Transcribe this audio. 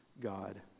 God